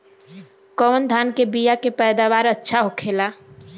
कवन धान के बीया के पैदावार अच्छा होखेला?